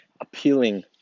appealing